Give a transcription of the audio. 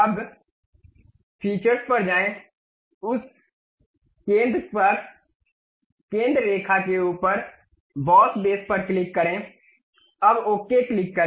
अब सुविधाओं पर जाएं उस केंद्र रेखा के ऊपर बॉस बेस पर क्लिक करें अब ओके क्लिक करें